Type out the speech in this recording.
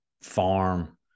farm